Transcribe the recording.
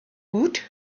woot